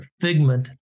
figment